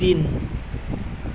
तिन